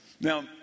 Now